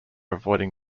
avoiding